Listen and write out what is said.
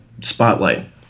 spotlight